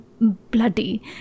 bloody